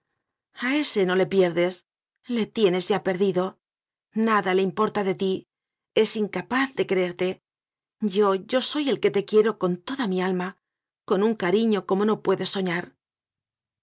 mío a ese no le pierdes le tienes ya perdido nada le importa de ti es incapaz de que rerte yo yo soy el que te quiero con toda mi alma con un cariño como no puedes so